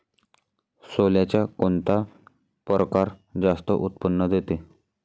सोल्याचा कोनता परकार जास्त उत्पन्न देते?